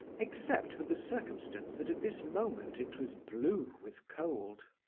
except for the circumstance that at this moment it was blue with cold.